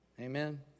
Amen